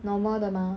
normal 的吗